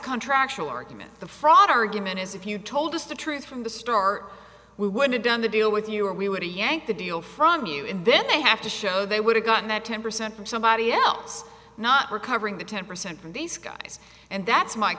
contractual argument the fraud argument is if you told us the truth from the start we would've done the deal with you or we were to yank the deal from you and then they have to show they would have gotten that ten percent from somebody else not recovering the ten percent from these guys and that's my